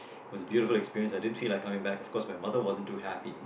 it was a beautiful experience I didn't feel like coming back of course my mother wasn't to happy